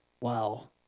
wow